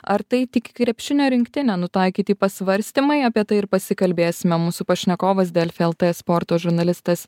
ar tai tik į krepšinio rinktinę nutaikyti pasvarstymai apie tai ir pasikalbėsime mūsų pašnekovas delfi lt sporto žurnalistas